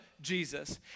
Jesus